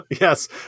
yes